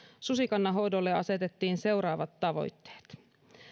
susikannan hoidolle asetettiin seuraavat tavoitteet